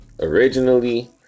originally